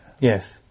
Yes